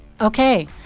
okay